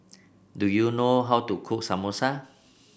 do you know how to cook Samosa